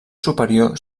superior